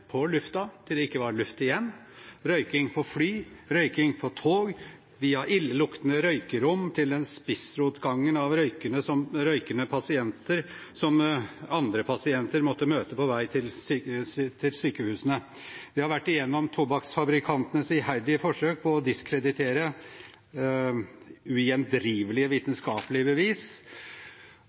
på fjernsynet – på lufta, til det ikke var luft igjen – røyking på fly, røyking på tog – via illeluktende røykerom til spissrotgangen av røykende pasienter som andre pasienter måtte møte på vei til sykehuset. Vi har vært gjennom tobakksfabrikantenes iherdige forsøk på å diskreditere ugjendrivelige vitenskapelige bevis.